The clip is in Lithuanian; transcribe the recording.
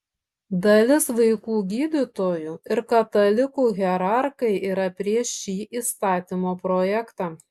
dalis vaikų gydytojų ir katalikų hierarchai yra prieš šį įstatymo projektą